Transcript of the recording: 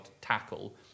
tackle